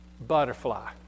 butterfly